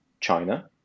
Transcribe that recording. china